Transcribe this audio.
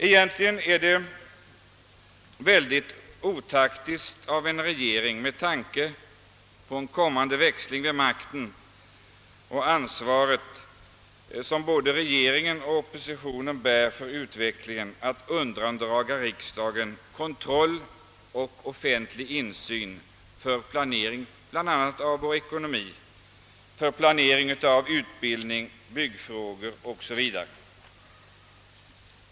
Egentligen är det synnerligen otaktiskt av en regering, med tanke på en kommande växling vid makten och med tanke på det ansvar som både regering och opposition bär för utvecklingen, att undandraga riksdagen kontroll och offentlig insyn när det gäller planeringen för vår ekonomi, för utbildning, för byggande o.s.v.